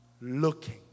Looking